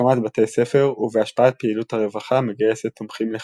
הקמת בתי ספר ובהשפעת פעילות הרווחה מגייסת תומכים לחמאס.